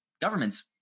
Government's